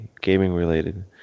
gaming-related